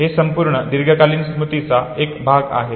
हे संपूर्ण दीर्घकालीन स्मृतीचा एक भाग आहे